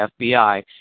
FBI